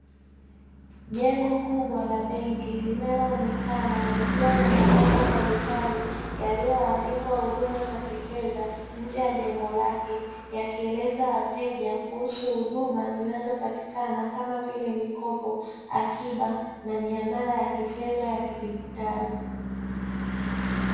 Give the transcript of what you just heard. Jengo kubwa la benki linaloonek likiwa na mabango mbalimbali yaliyo andikwa huduma za kifedha nje ya jengo lake yakieleza wateja kuhusu huduma zinazopatikana kama vile mikopo akiba na miamala ya fedha za kidigitali